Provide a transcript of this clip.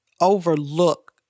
overlook